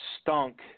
stunk